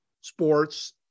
sports